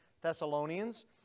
Thessalonians